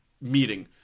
meeting